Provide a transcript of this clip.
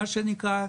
מה שנקרא,